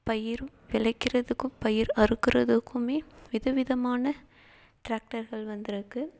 பயிர் விளைக்கிறதுக்கும் பயிர் அறுக்கிறதுக்குமே வித விதமான டிராக்டர்கள் வந்துருக்குது